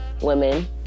Women